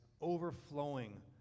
overflowing